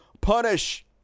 punish